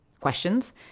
questions